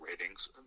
ratings